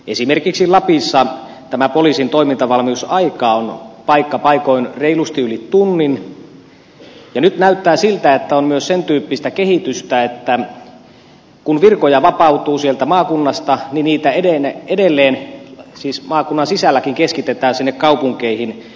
esimerkiksi lapissa poliisin toimintavalmiusaika on paikka paikoin reilusti yli tunnin ja nyt näyttää siltä että on myös sen tyyppistä kehitystä että kun virkoja vapautuu sieltä maakunnasta niin niitä edelleen siis maakunnan sisälläkin keskitetään sinne kaupunkeihin